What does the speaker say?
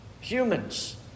humans